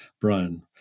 Brian